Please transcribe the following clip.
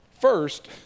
First